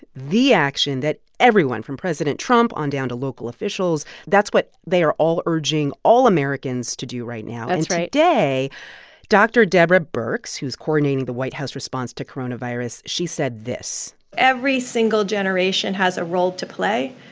the action that everyone from president trump on down to local officials that's what they are all urging all americans americans to do right now that's right and today, dr. deborah birx, who's coordinating the white house response to coronavirus she said this every single generation has a role to play.